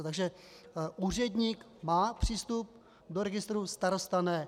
Takže úředník má přístup do registru, starosta ne.